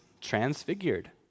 transfigured